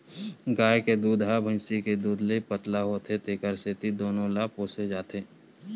गाय के दूद ह भइसी के दूद ले पातर होथे तेखर सेती दूनो ल पोसे जाथे